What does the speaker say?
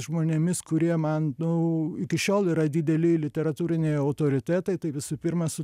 žmonėmis kurie man nu iki šiol yra dideli literatūriniai autoritetai tai visų pirma su